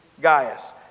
Gaius